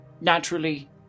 naturally